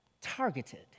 targeted